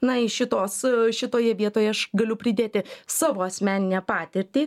na iš šitos šitoje vietoj aš galiu pridėti savo asmeninę patirtį